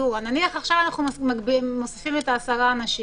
נניח שאנחנו עכשיו מוסיפים את מקומות העבודה עם 10 אנשים,